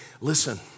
Listen